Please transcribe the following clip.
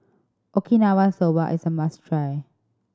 Okinawa Soba is a must try